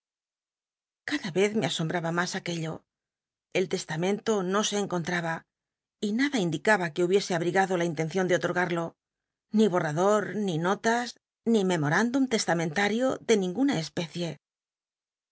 cada vez me asombraba mas aquello el testamento no se encontraba y nada indicaba que hubiese abrigado la intencion de otorgarlo ni borrador ni notas ni memor llulum testamentario de ninguna especie